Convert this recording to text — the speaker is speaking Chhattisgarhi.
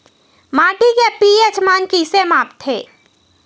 माटी के पी.एच मान कइसे मापथे?